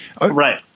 right